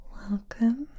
welcome